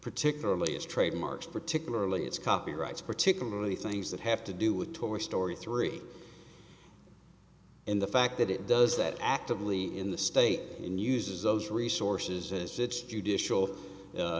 particularly its trademarks particularly its copyrights particularly things that have to do with toy story three and the fact that it does that actively in the state and uses those resources as its judicial